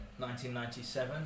1997